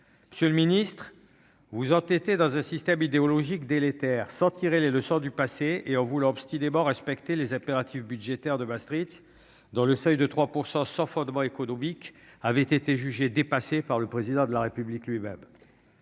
Monsieur le ministre, vous vous entêtez dans un système idéologique délétère, sans tirer les leçons du passé et en voulant obstinément respecter les impératifs budgétaires de Maastricht. Pourtant, le seuil de 3 %, dépourvu de fondement économique, avait été jugé dépassé par le Président de la République lui-même.